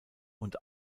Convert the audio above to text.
und